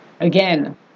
Again